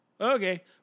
Okay